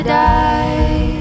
die